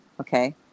Okay